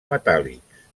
metàl·lics